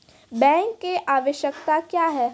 Bank की आवश्यकता क्या हैं?